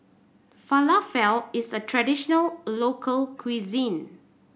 falafel is a traditional local cuisine